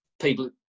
people